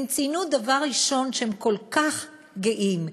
הם ציינו דבר ראשון שהם כל כך גאים,